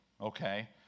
okay